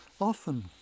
often